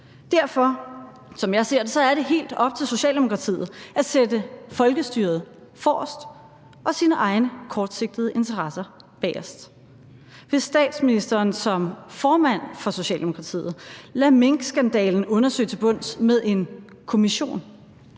jeg ser det, helt op til Socialdemokratiet at sætte folkestyret forrest og sine egne kortsigtede interesser bagerst. Vil statsministeren som formand for Socialdemokratiet lade minkskandalen undersøge til bunds med en kommission?